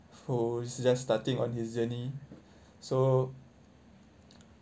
who's just starting on his journey so